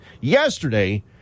yesterday